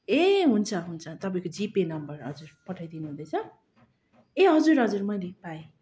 ए हुन्छ हुन्छ तपाईँको जिपे नम्बर हजुर पठाइदिनु हुँदैछ ए हजुर हजुर मैले पाएँ